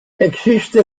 existe